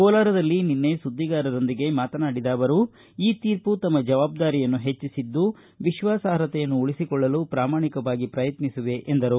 ಕೋಲಾರದಲ್ಲಿ ನಿನ್ನೆ ಸುದ್ದಿಗಾರರೊಂದಿಗೆ ಮಾತನಾಡಿದ ಅವರು ಈ ತೀರ್ಮ ತಮ್ನ ಜವಾಬ್ದಾರಿಯನ್ನು ಹೆಚ್ಚಿಸಿದ್ದು ವಿಶ್ವಾಸಾರ್ಹತೆಯನ್ನು ಉಳಿಸಿಕೊಳ್ಳಲು ಪ್ರಾಮಾಣಿಕವಾಗಿ ಪ್ರಯತ್ನಿಸುವೆ ಎಂದರು